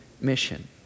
mission